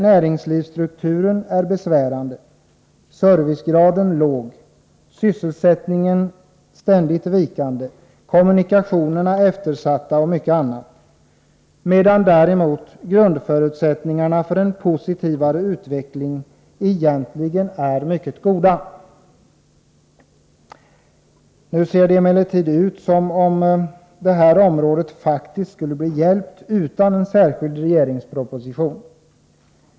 Näringslivsstrukturen är besvärande, servicegraden låg, sysselsättningen ständigt vikande, kommunikationerna eftersatta och mycket annat, medan grundförutsättningarna för en positivare utveckling egentligen är mycket goda. Nu ser det emellertid ut som om det här området faktiskt skall bli hjälpt utan någon särskild proposition.